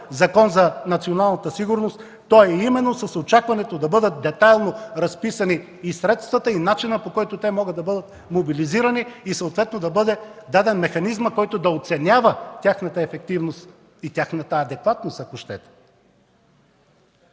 Закон за националната сигурност, то е именно с очакването да бъдат детайлно разписани средствата и начина, по който те могат да бъдат мобилизирани и съответно да бъде даден механизмът, който да оценява тяхната ефективност и тяхната адекватност, ако щете.